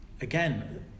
again